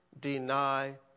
deny